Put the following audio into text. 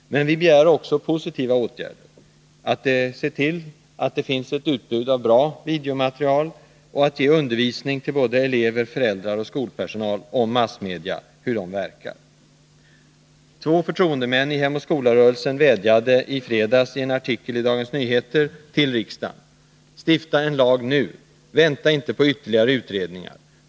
Men vi begär också positiva åtgärder, nämligen att man ser till att det finns ett utbud av bra videomaterial och att undervisning ges till både elever, föräldrar och skolpersonal om hur massmedia verkar. Två förtroendemän i Hem och Skola-rörelsen vädjade i en artikel i fredags i Dagens Nyheter till riksdagen: ”Stifta en lag NU! Vänta inte på ytterligare utredningar.